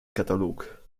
katalog